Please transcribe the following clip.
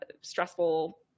stressful